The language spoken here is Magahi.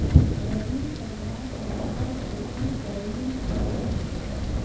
रवि कलवा चनार खेती करील छेक